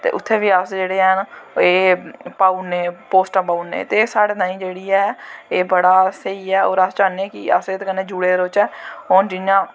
ते उत्थें बी अस जेह्ड़े हैन एह् पाई ओड़ने ते एह् साढ़े तांई जेह्ड़ी ऐ एह् बड़ा स्हेई ऐ और अस चाह्न्ने आं कि अस एह्दे कन्नै जुड़े दे रौह्चै हून जियां